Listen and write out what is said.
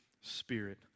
Spirit